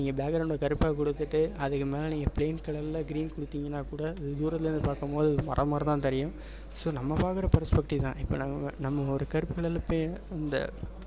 நீங்கள் பேக்ரௌண்டு கருப்பாக கொடுத்துட்டு அதுக்கு மேலே நீங்கள் ப்ளைன் கலரில் க்ரீன் கொடுத்தீங்கன்னாக் கூட அது தூரத்துலேருந்து பார்க்கும் போது ஒரு மரம் மாதிரி தான் தெரியும் ஸோ நம்ம பார்க்கற பெர்ஸ்பெக்ட்டிவ் தான் இப்போ நம்ம நம்ம ஒரு கருப்பு கலரில் பெயிண்ட் இந்த